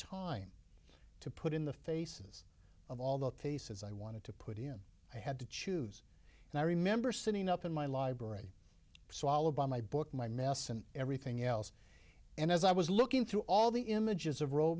time to put in the faces of all the faces i wanted to put in i had to choose and i remember sitting up in my library swallowed by my book my mess and everything else and as i was looking through all the images of r